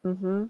mmhmm